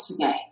today